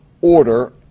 order